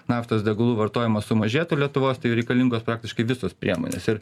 naftos degalų vartojimas sumažėtų lietuvos tai reikalingos praktiškai visos priemonės ir